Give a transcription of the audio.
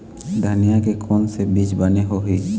धनिया के कोन से बीज बने होही?